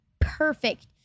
perfect